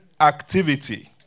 activity